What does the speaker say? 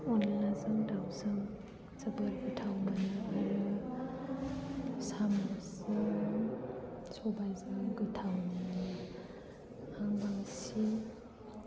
अनलाजों दाउजों जोबोद गोथाव मोनो आरो साम'जों सबायजों गोथाव मोनो आं बांसिन